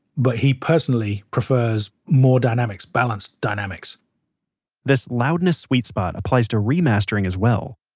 but he personally prefers more dynamics, balanced dynamics this loudness sweet spot applies to remastering, as well.